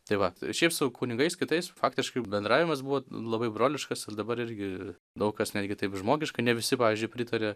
tai va ir šiaip su kunigais kitais faktiškai bendravimas buvo labai broliškas ir dabar irgi daug kas netgi taip žmogiška ne visi pavyzdžiui pritaria